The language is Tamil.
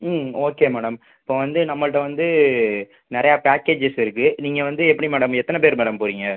ம் ஓகே மேடம் இப்போ வந்து நம்மள்ட்ட வந்து நிறையா பேக்கேஜஸ் இருக்குது நீங்கள் வந்து எப்படி மேடம் எத்தனை பேர் மேடம் போகிறீங்க